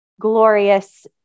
glorious